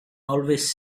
always